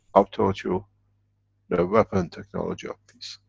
i've taught you the weapon technology of peace.